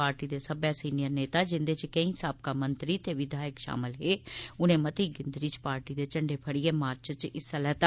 party दे सब्बै senior नेता जिंदे च कोई साबका मंत्री ते विधायक शामल हे उनें मती गिनतरी च पार्टी दे झंडे फड़ियै मार्च च हिस्सा लैता